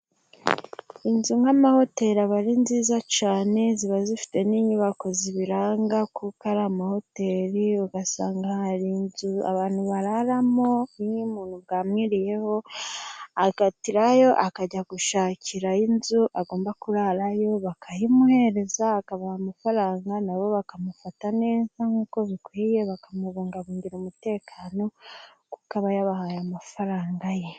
Inzu nk'amahoteli aba ari nziza cyane. Ziba zifite n'inyubako ziziranga ko ari amahoteli. Ugasanga hari inzu abantu bararamo. Iyo umuntu bwamwiriyeho akatirayo akajya gushakirayo inzu agomba kuraramo bakayimuha akabaha amafaranga nabo bakamufata neza nk'uko bikwiye. Bakamubungabugira umutekano kuko aba yabahaye amafaranga ye.